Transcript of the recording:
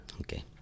Okay